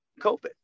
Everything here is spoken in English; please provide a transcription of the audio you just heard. COVID